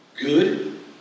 good